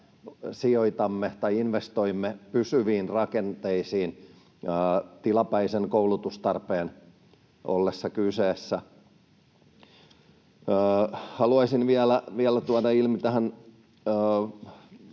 sijoitamme tai investoimme pysyviin rakenteisiin tilapäisen koulutustarpeen ollessa kyseessä. Haluaisin vielä tuoda ilmi tähän